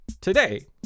Today